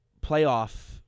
playoff